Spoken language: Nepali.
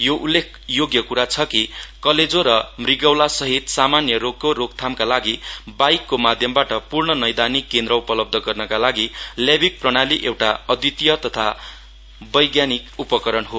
यो उल्लेख योग्य क्रा छ कि कलेजो र मृगौलासहित सामान्य रोगको रोकथामका लागि बाईकको माध्यबाट पूर्ण नैपानिक केन्द्र उपलब्ध गर्नमा लागि ल्याबिक प्रणाली एउटा अद्वितिय तथा वैज्ञानिक उपकरण हो